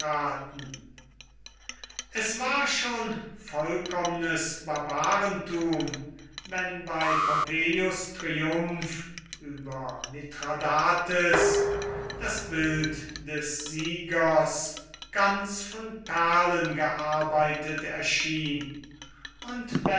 es war schon vollkommenes barbarentum wenn bei pompeius triumph über mithradates das bild des siegers ganz von perlen gearbeitet erschien und